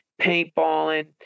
paintballing